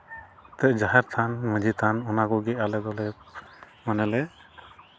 ᱡᱟᱦᱮᱨ ᱛᱷᱟᱱ ᱢᱟᱹᱡᱷᱤ ᱛᱷᱟᱱ ᱚᱱᱟ ᱠᱚᱜᱮ ᱟᱞᱮ ᱫᱚᱞᱮ ᱢᱟᱱᱮᱞᱮ